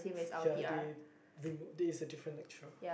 ya they remove there is a different lecturer